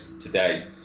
today